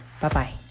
bye-bye